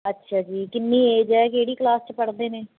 ਅੱਛਾ ਜੀ ਕਿੰਨੀ ਏਜ ਹੈ ਕਿਹੜੀ ਕਲਾਸ 'ਚ ਪੜ੍ਹਦੇ ਨੇ